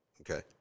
Okay